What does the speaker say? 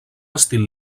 estil